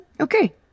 okay